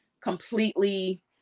completely